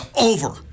over